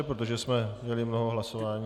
Protože jsme měli mnoho hlasování.